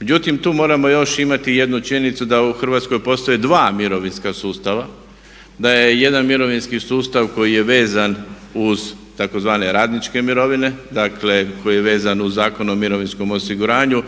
Međutim, tu moramo još imati i jednu činjenicu da u Hrvatskoj postoje dva mirovinska sustava, da je jedan mirovinski sustav koji je vezan uz tzv. radničke mirovine, dakle koji je vezan u Zakonu o mirovinskom osiguranju,